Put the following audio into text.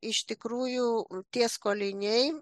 iš tikrųjų tie skoliniai